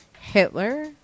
Hitler